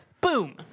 Boom